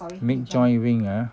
mid joint wing ah